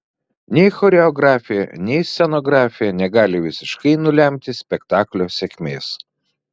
nei choreografija nei scenografija negali visiškai nulemti spektaklio sėkmės